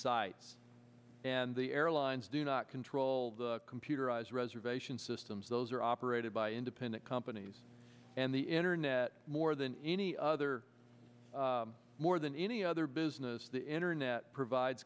sites and the airlines do not control the computerized reservation systems those are operated by independent companies and the internet more than any other more than any other business the internet provides